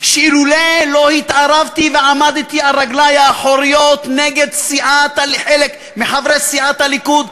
שאילולא התערבתי ועמדתי על רגלי האחוריות נגד חלק מחברי סיעת הליכוד,